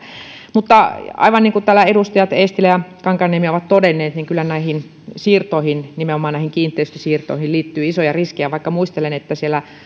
aivan niin kuin täällä edustajat eestilä ja kankaanniemi ovat todenneet kyllä näihin siirtoihin nimenomaan näihin kiinteistösiirtoihin liittyy isoja riskejä vaikka muistelen että